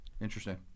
Interesting